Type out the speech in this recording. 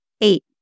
Eight